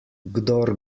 kdor